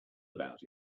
about